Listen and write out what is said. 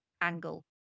angle